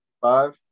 Five